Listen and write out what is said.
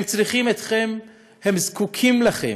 הם צריכים אתכם, הם זקוקים לכם,